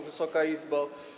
Wysoka Izbo!